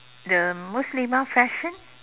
the muslimah fashion